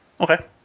Okay